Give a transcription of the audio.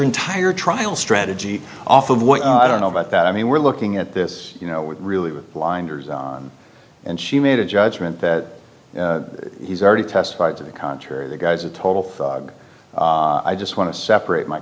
entire trial strategy off of what i don't know about that i mean we're looking at this you know what really with blinders and she made a judgment that he's already testified to the contrary guy's a total thug i just want to separate my